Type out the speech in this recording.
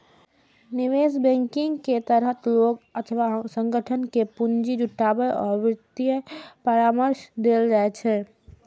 निवेश बैंकिंग के तहत लोग अथवा संगठन कें पूंजी जुटाबै आ वित्तीय परामर्श देल जाइ छै